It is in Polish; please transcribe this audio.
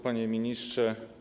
Panie Ministrze!